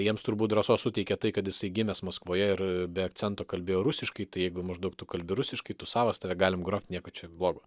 jiems turbūt drąsos suteikė tai kad jisai gimęs maskvoje ir be akcento kalbėjo rusiškai tai jeigu maždaug tu kalbi rusiškai tu savas tave galim grobt nieko čia blogo